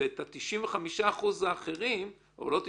ואת ה-95% האחרים, או לא 95%,